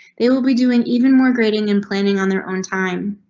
they will be doing even more grading and planning on their own time.